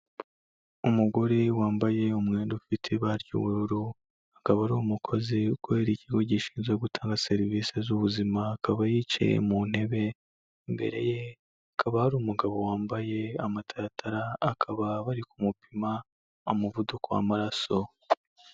Umugore wambaye umwenda ufite ibara ry'ubururu; akaba ari umukozi ukorera ikigo gishinzwe gutanga serivisi z'ubuzima; akaba yicaye mu ntebe; imbere ye hakaba hari umugabo wambaye amataratara; akaba bari kumupima umuvuduko w'amaraso.